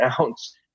ounce